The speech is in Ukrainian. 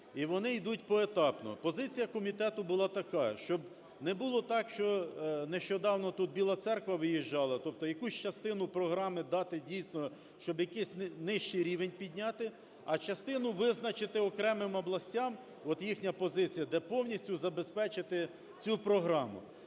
і вони йдуть поетапно. Позиція комітету була така, щоб не було так, що нещодавно тут Біла Церква виїжджала, тобто якусь частину програми дати, дійсно, щоб якийсь нижчий рівень підняти, а частину визначити окремим областям, от їхня позиція, де повністю забезпечити цю програму.